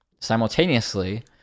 Simultaneously